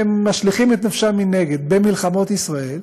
ומשליכים את נפשם מנגד במלחמות ישראל,